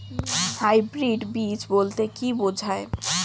Hybrid বীজ বলতে কী বোঝায়?